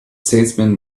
salesman